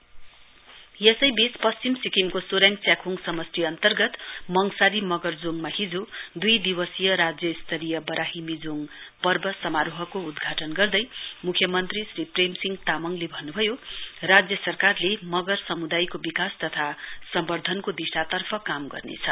CM festival यसैवीच पश्चिम सिक्किमको सोरेङ च्याख्रङ समस्टि अन्तर्गत मङसारी मगरजोङमा हिजो दुई दिवसीय राज्य स्तरीय वराहिमोजोङ पर्व समारोहको उद्घाटन गर्दै मुख्यमन्त्री श्री प्रेमसिंह तामाङले भन्नुभयो राज्य सरकारले मगर समुदायको विकास तथा सम्वर्ध्दनको दिशातर्फ काम गर्नेछ